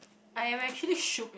I am actually shook eh